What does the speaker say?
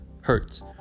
hurts